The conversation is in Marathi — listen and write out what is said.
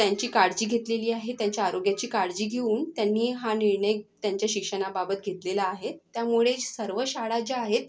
त्यांची काळजी घेतलेली आहे त्यांच्या आरोग्याची काळजी घेऊन त्यांनी हा निर्णय त्यांच्या शिक्षणाबाबत घेतलेला आहे त्यामुळे सर्व शाळा ज्या आहेत